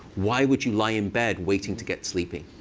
why would you lie in bed waiting to get sleepy?